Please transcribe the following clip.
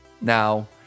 Now